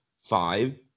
five